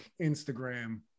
Instagram